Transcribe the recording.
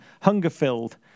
hunger-filled